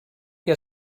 que